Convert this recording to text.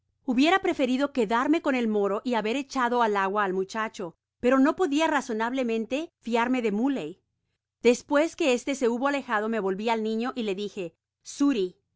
hubiera preferido quedarme con el moro y haber echado al agua al muchacho pero no podia razonablemente fiarme de muley despues que este se hubo alejado me volvi al niño y le dije xuri